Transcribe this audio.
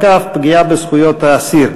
פגיעה בזכויות האסיר,